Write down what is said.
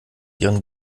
ihren